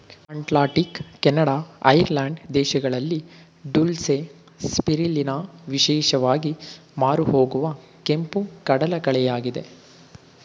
Atlantic, Canada, Ireland ದೇಶಗಳಲ್ಲಿ dulse, spirulina ವಿಶೇಷವಾಗಿ ಮಾರುಹೋಗುವ ಕೆಂಪು ಕಡಲಕಳೆಯಾಗಿದೆ